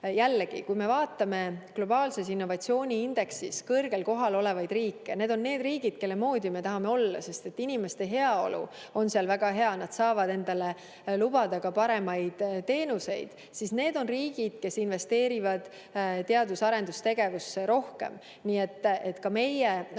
kui me vaatame globaalses innovatsiooniindeksis kõrgel kohal olevaid riike – need on riigid, kelle moodi me tahame olla, sest et inimeste heaolu on seal väga suur ja nad saavad endale lubada ka paremaid teenuseid –, siis need on riigid, kes investeerivad teadus‑ ja arendustegevusse rohkem. Nii et ka meie